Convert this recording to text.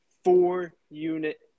Four-unit